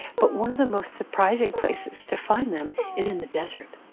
but one of the most surprising places to find them is in the desert.